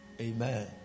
Amen